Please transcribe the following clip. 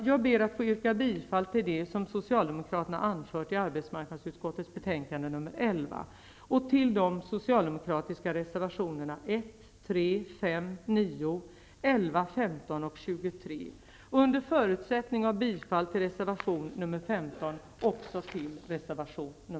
Jag ber att få yrka bifall till det som